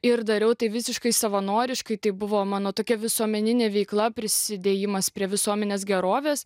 ir dariau tai visiškai savanoriškai tai buvo mano tokia visuomeninė veikla prisidėjimas prie visuomenės gerovės